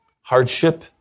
hardship